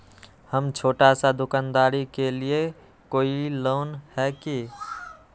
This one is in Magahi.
हम छोटा सा दुकानदारी के लिए कोई लोन है कि?